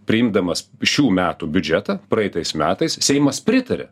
priimdamas šių metų biudžetą praeitais metais seimas pritarė